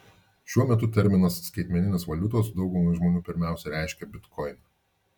šiuo metu terminas skaitmeninės valiutos daugumai žmonių pirmiausia reiškia bitkoiną